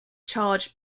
charged